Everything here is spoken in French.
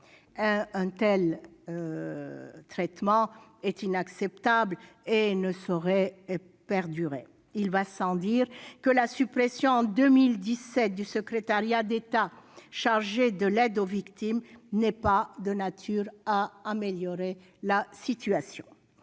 Un tel traitement est inacceptable et ne saurait perdurer. Il va sans dire que la suppression, en 2017, du secrétariat d'État chargé de l'aide aux victimes n'est pas de nature à améliorer la situation